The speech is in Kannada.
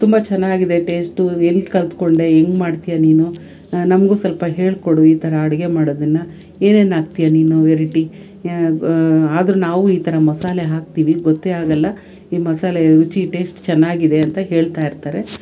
ತುಂಬ ಚೆನ್ನಾಗಿದೆ ಟೇಸ್ಟು ಎಲ್ಲಿ ಕಲಿತ್ಕೊಂಡೆ ಹೆಂಗ್ ಮಾಡ್ತಿಯಾ ನೀನು ನಮಗೂ ಸ್ವಲ್ಪ ಹೇಳಿಕೊಡು ಈ ಥರ ಅಡುಗೆ ಮಾಡೋದನ್ನು ಏನೇನು ಹಾಕ್ತಿಯಾ ನೀನು ವೆರೈಟಿ ಆದರೂ ನಾವು ಈ ಥರ ಮಸಾಲೆ ಹಾಕ್ತಿವಿ ಗೊತ್ತೆ ಆಗೋಲ್ಲ ಈ ಮಸಾಲೆ ರುಚಿ ಟೇಸ್ಟ್ ಚೆನ್ನಾಗಿದೆ ಅಂತ ಹೇಳ್ತಾಯಿರ್ತಾರೆ